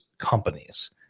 companies